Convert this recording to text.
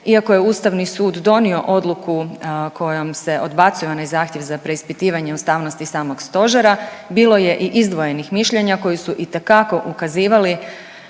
iako je Ustavni sud donio odluku kojom se odbacuje onaj zahtjev za preispitivanje ustavnosti samog stožera, bilo je i izdvojenih mišljenja koji su itekako ukazivali